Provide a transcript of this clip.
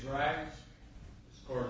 right or